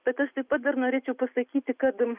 bet aš taip pat dar norėčiau pasakyti kad